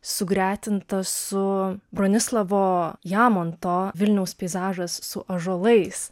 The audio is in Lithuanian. sugretinta su bronislavo jamonto vilniaus peizažas su ąžuolais